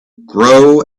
grow